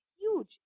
huge